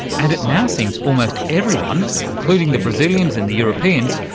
and it now seems almost everyone, including the brazilians and the europeans,